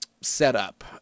setup